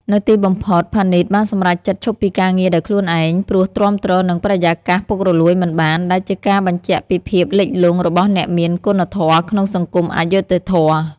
នៅទីបំផុត ផានីតបានសម្រេចចិត្តឈប់ពីការងារដោយខ្លួនឯង ព្រោះទ្រាំទ្រនឹងបរិយាកាសពុករលួយមិនបាន ដែលជាការសបញ្ជាក់ពីភាពលិចលង់របស់អ្នកមានគុណធម៌ក្នុងសង្គមអយុត្តិធម៌។